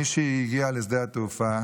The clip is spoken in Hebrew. מישהי הגיעה לשדה התעופה